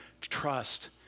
trust